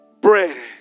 bread